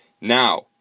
Now